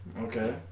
Okay